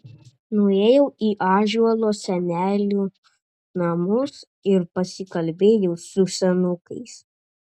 nuėjau į ąžuolo senelių namus ir pasikalbėjau su senukais